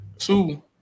Two